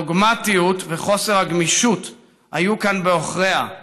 הדוגמטיות וחוסר הגמישות היו כאן בעוכריה.